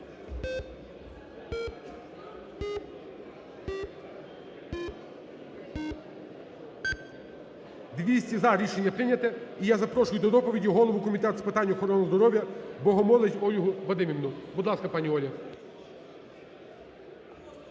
За-200 Рішення прийнято. І я запрошую для доповіді голову Комітету з питань охорони здоров'я Богомолець Ольгу Вадимівну. Будь ласка, пані Ольго.